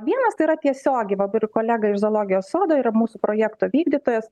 vienas tai yra tiesiogiai dabar kolega iš zoologijos sodo yra mūsų projekto vykdytojas